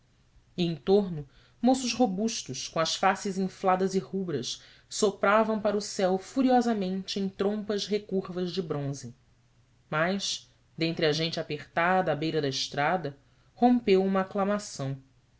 em tomo moços robustos com as faces infladas e rubras sopravam para o céu furiosamente em trompas recurvas de bronze mas dentre a gente apertada à beira da estrada rompeu uma aclamação